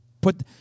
put